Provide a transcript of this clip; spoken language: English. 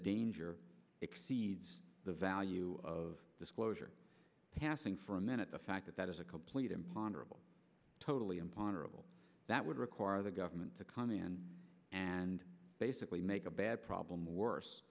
danger exceeds the value of disclosure passing for a minute the fact that that is a complete imponderable totally imponderable that would require the government to come in and basically make a bad problem worse